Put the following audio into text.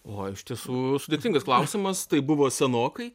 o iš tiesų sudėtingas klausimas tai buvo senokai